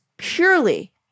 purely